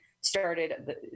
started